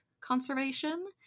conservation